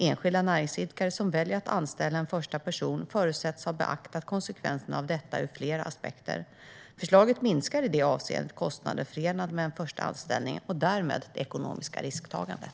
Enskilda näringsidkare som väljer att anställa en första person förutsätts ha beaktat konsekvenserna av detta ur flera aspekter. Förslaget minskar i det avseendet kostnader förenade med en första anställning och därmed det ekonomiska risktagandet.